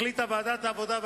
החליטה ועדת העבודה,